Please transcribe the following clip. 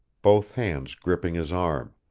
both hands gripping his arm.